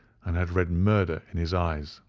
and had read murder in his eyes.